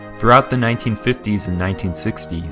throughout the nineteen fifty s and nineteen sixty s,